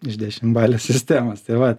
iš dešimtbalės sistemos tai vat